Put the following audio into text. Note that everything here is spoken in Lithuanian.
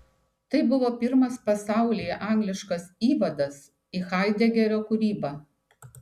tai buvo pirmas pasaulyje angliškas įvadas į haidegerio kūrybą